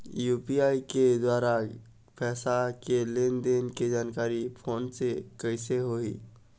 UPI के द्वारा पैसा के लेन देन के जानकारी फोन से कइसे होही?